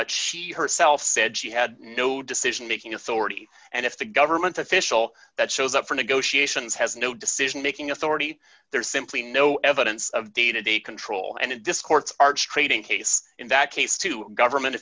but she herself said she had no decision making authority and if the government official that shows up for negotiations has no decision making authority there's simply no evidence of day to day control and it discourse arch trading case in that case two government